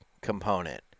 component